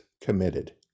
committed